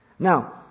Now